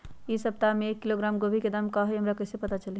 इ सप्ताह में एक किलोग्राम गोभी के दाम का हई हमरा कईसे पता चली?